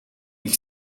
ich